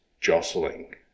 jostling